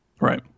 Right